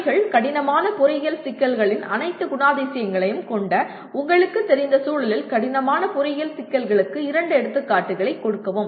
பணிகள் கடினமான பொறியியல் சிக்கல்களின் அனைத்து குணாதிசயங்களையும் கொண்ட உங்களுக்குத் தெரிந்த சூழலில் கடினமான பொறியியல் சிக்கல்களுக்கு இரண்டு எடுத்துக்காட்டுகளைக் கொடுக்கவும்